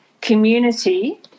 community